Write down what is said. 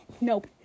Nope